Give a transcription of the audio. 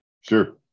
Sure